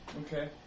Okay